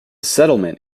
settlement